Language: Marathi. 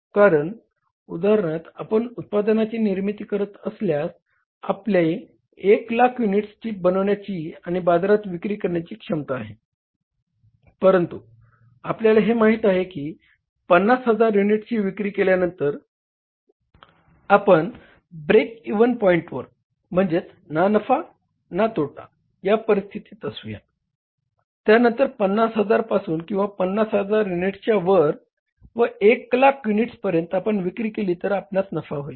कारण उदाहरणार्थ आपण उत्पादनाची निर्मिती करत असल्यास आपली 100000 युनिट्स बनविण्याची आणि बाजारात विक्री करण्याची क्षमता आहे परंतु आपल्याला हे माहित आहे की 50000 युनिट्सची विक्री केल्यांनतर आपण ब्रेक इव्हन पॉईंटवर म्हणजेच ना नफा ना तोटा या परिस्थितीत असूया त्यानंतर 50000 पासून किंवा 50000 युनिट्सच्या वर व 100000 युनिट्सपर्यंत आपण विक्री केली तर आपणास नफा होईल